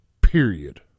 Period